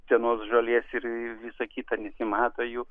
senos žolės ir visa kita nesimato jų